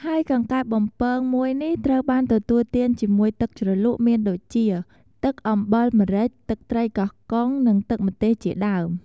ហើយកង្កែបបំពង មួយនេះត្រូវបានទទួលទានជាមួយ ទឹកជ្រលក់មានដូចជា ទឹកអំបិលម្រេច ទឹកត្រីកោះកុង និងទឹកម្ទេសជាដើម។